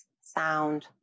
sound